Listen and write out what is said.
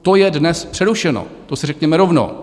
To je dnes přerušeno, to si řekněme rovnou.